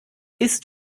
ist